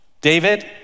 David